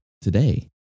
today